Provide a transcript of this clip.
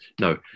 No